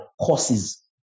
courses